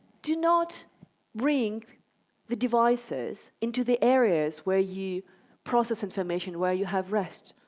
do not bring the devices into the areas where you process information, where you have rest.